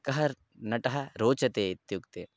कः नटः रोचते इत्युक्ते